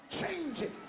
changing